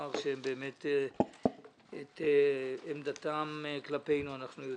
בעיקר שאת עמדתם כלפינו אנחנו יודעים,